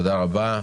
תודה רבה.